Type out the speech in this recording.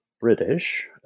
British